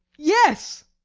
yes,